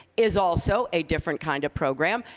is also a different kind of program.